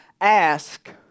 ask